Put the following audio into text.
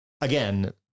again